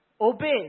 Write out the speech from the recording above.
Obey